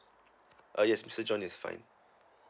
uh yes mister john is fine